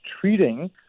treating